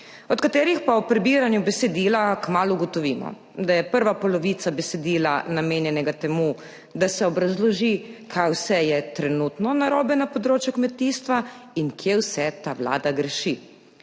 od katerih pa ob prebiranju besedila kmalu ugotovimo, da je prva polovica besedila namenjenega temu, da se obrazloži kaj vse je trenutno narobe na področju kmetijstva in kje vse ta Vlada greši.